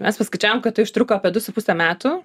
mes paskaičiavom kad tai užtruko apie du su puse metų